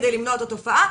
כדי למנוע את התופעה.